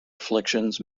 afflictions